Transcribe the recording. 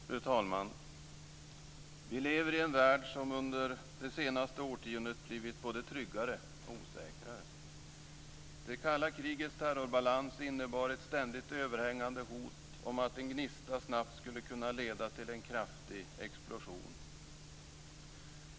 Fru talman! Vi lever i en värld som under det senaste årtiondet blivit både tryggare och osäkrare. Det kalla krigets terrorbalans innebar ett ständigt överhängande hot om att en gnista snabbt skulle kunna leda till en kraftig explosion.